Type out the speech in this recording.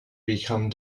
become